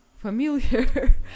familiar